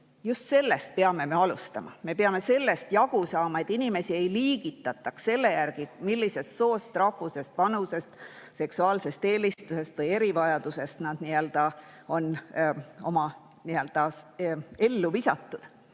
Just sellest me peame alustama. Me peame sellest jagu saama, et inimesi ei liigitataks selle järgi, millisest soo, rahvuse, vanuse, seksuaalse eelistuse või erivajadusega nad on oma ellu visatud.